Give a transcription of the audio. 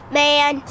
man